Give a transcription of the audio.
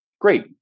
Great